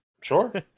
Sure